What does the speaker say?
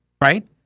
right